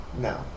No